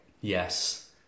Yes